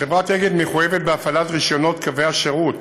חברת "אגד" מחויבת בהפעלת רישיונות קווי השירות